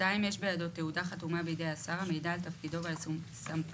יש בידו תעודה חתומה בידי השר המעידה על תפקידו ועל סמכויותיו,